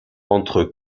entre